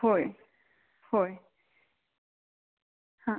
होय होय हां